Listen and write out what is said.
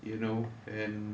you know and